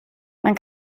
man